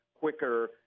quicker